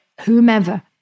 whomever